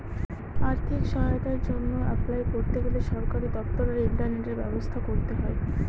আর্থিক সহায়তার জন্য অ্যাপলাই করতে গেলে সরকারি দপ্তর আর ইন্টারনেটের ব্যবস্থা করতে হয়